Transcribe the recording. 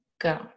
go